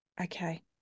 Okay